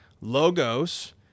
Logos